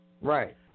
Right